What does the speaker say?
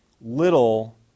little